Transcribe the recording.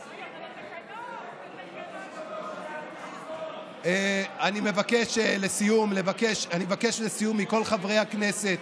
אני מבקש, לסיום, מכל חברי הכנסת